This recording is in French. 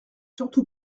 surtout